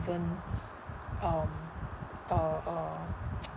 even um uh uh